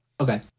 Okay